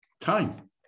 time